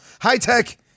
high-tech